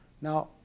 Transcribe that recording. Now